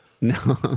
No